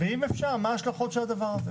ואם אפשר, מה ההשלכות של הדבר הזה.